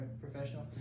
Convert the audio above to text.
professional